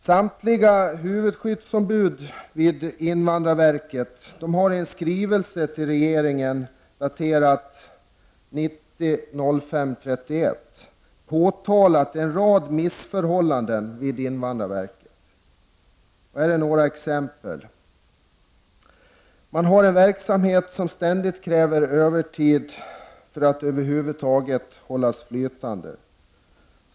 Samtliga huvudskyddsombud vid invandrarverket har i en skrivelse till regeringen, daterad den 31 maj 1990, påtalat en rad missförhållanden vid invandrarverket. Här är några exempel: Man har en verksamhet som ständigt kräver övertid för att över huvud taget hållas flytande.